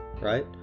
right